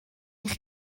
eich